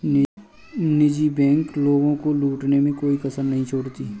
निजी बैंक लोगों को लूटने में कोई कसर नहीं छोड़ती है